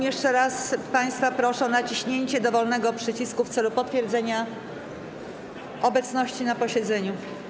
Jeszcze raz państwa proszę o naciśnięcie dowolnego przycisku w celu potwierdzenia obecności na posiedzeniu.